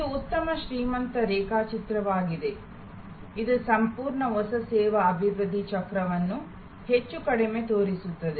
ಇದು ಉತ್ತಮ ಶ್ರೀಮಂತ ರೇಖಾಚಿತ್ರವಾಗಿದೆ ಇದು ಸಂಪೂರ್ಣ ಹೊಸ ಸೇವಾ ಅಭಿವೃದ್ಧಿ ಚಕ್ರವನ್ನು ಹೆಚ್ಚು ಕಡಿಮೆ ತೋರಿಸುತ್ತದೆ